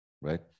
right